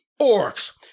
orcs